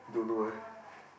don't know eh